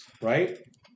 right